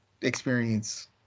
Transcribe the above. experience